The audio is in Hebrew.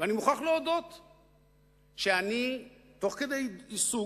ואני מוכרח להודות שאני, תוך כדי עיסוק